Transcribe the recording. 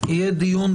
יהיה דיון,